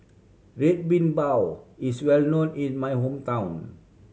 Red Bean Bao is well known in my hometown